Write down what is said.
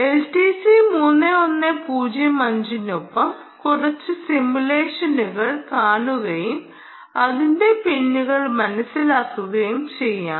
LTC 3105 നൊപ്പം കുറച്ച് സിമുലേഷനുകൾ കാണുകയും അതിന്റെ പിന്നുകൾ മനസിലാക്കുകയും ചെയ്യാം